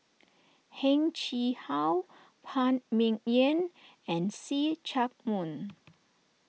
Heng Chee How Phan Ming Yen and See Chak Mun